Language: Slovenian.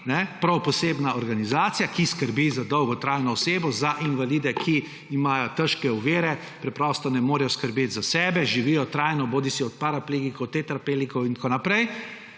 prav posebna organizacija, ki skrbi za dolgotrajno oskrbo za invalide, ki imajo težke ovire, preprosto ne morejo skrbeti za sebe, živijo trajno bodisi od paraplegikov, tetraplegikov in tako naprej,